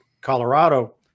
Colorado